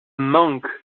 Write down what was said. monk